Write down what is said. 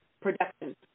production